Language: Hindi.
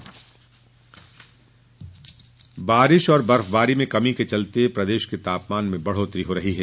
मौसम बारिश और बर्फबारी में कमी के चलते प्रदेश के तापमान में बढ़ोतरी हो रही है